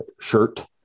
shirt